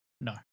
No